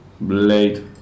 blade